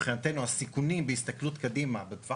שמבחינתנו הסיכונים בהסתכלות קדימה בטווח